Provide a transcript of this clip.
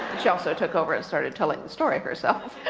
she also took over and started telling the story herself.